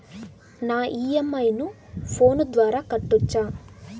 నా ఇ.ఎం.ఐ ను ఫోను ద్వారా కట్టొచ్చా?